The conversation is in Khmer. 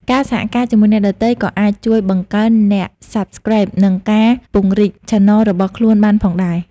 ការសហការជាមួយអ្នកដទៃក៏អាចជួយបង្កើនអ្នក Subscribe និងការពង្រីក Channel របស់ខ្លួនបានផងដែរ។